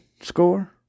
score